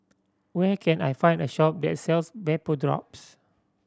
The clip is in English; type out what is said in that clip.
where can I find a shop that sells Vapodrops